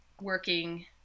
working